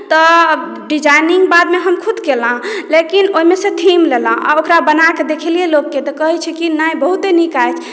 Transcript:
तऽ डिजाइनिंग बादमे हम खुद केलहुँ लेकिन ओहिमेसँ थीम लेलहुँ आओर ओकरा बनाके देखलियै लोककेँ तऽ कहैत छी कि नहि बहुते नीक काज